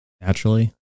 naturally